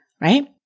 right